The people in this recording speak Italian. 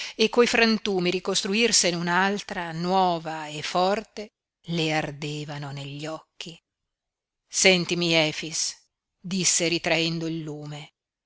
e coi frantumi ricostruirsene un'altra nuova e forte le ardevano negli occhi sentimi efix disse ritraendo il lume